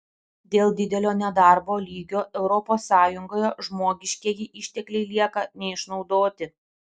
dėl didelio nedarbo lygio europos sąjungoje žmogiškieji ištekliai lieka neišnaudoti